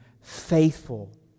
Faithful